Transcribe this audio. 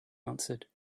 answered